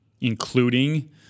including